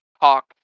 talk